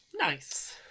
Nice